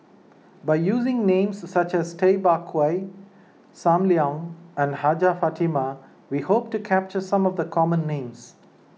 by using names such as Tay Bak Koi Sam Leong and Hajjah Fatimah we hope to capture some of the common names